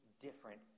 different